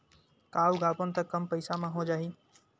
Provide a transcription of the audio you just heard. का उगाबोन त कम पईसा म हो जाही?